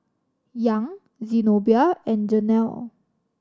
Young Zenobia and Jenelle